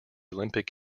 olympic